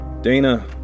Dana